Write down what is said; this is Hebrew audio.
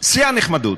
שיא הנחמדות.